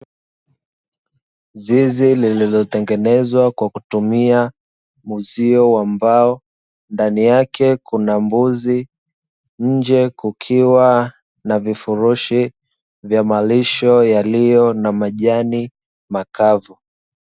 Zizi lililotengenezwa kwa kutumia uzio wa mbao, ndani yake kuna mbuzi; nje kukiwa na vifurushi vya malisho yaliyo na majani makavu.